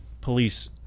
police